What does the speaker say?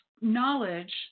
knowledge